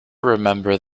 remember